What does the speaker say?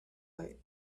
light